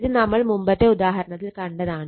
ഇത് നമ്മൾ മുമ്പത്തെ ഉദാഹരണത്തിൽ കണ്ടതാണ്